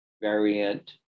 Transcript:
variant